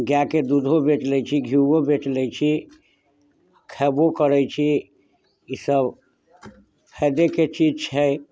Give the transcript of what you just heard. गाएके दूधो बेच लै छी घीओ बेच लै छी खयबो करैत छी ईसब फायदेके चीज छै